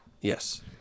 Yes